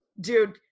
dude